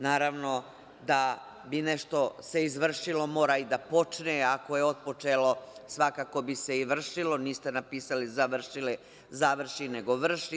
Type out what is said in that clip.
Naravno, da bi se nešto izvršilo mora i da počne, ako je otpočelo, svakako bi se i vršilo, niste napisali završi, nego vrši.